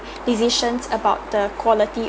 decisions about the quality